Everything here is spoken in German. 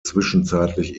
zwischenzeitlich